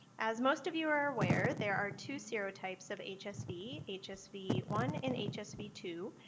as most of you are aware, there are two serotypes of hsv, hsv one, and hsv two,